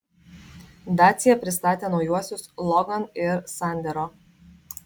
dacia pristatė naujuosius logan ir sandero